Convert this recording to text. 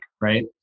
Right